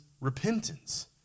repentance